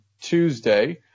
Tuesday